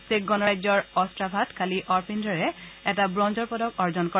check গণৰাজ্যৰ অট্টাভাত কালি অৰ্পিন্দে এটা ব্ৰঞ্জৰ পদক অৰ্জন কৰে